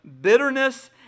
bitterness